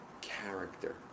character